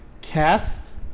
cast